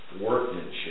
workmanship